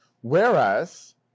Whereas